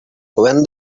when